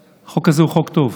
החוק הזה הוא חוק טוב.